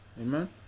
amen